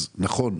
אז נכון,